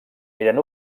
eren